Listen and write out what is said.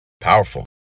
Powerful